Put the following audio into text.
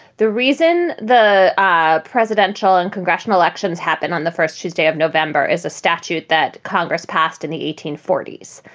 the reason the ah presidential and congressional elections happen on the first tuesday of november is a statute that congress passed in the eighteen forty s.